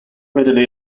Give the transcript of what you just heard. readily